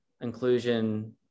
inclusion